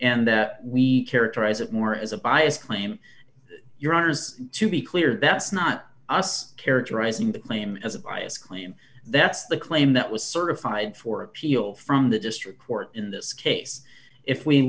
and we characterize it more as a biased claim your honour's to be clear that's not us characterizing the claim as a bias claim that's the claim that was certified for appeal from the district court in this case if we